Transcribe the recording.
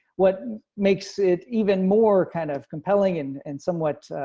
what makes it even more kind of compelling and and somewhat